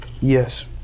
Yes